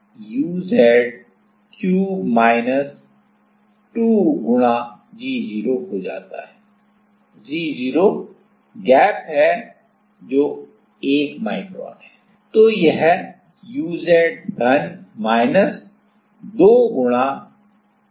तो यह uz cube minus 2 गुणा g 0 हो जाता है g 0 गैप है जो एक माइक्रोन है